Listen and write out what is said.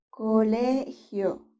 colegio